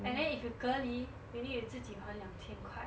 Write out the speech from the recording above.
and then if you 隔离 you need to 自己还两千块